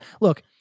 look